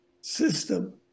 system